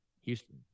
Houston